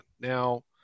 Now